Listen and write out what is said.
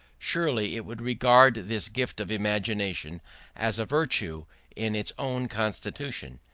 surely it would regard this gift of imagination as a virtue in its own constitution,